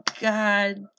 God